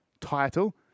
title